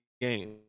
game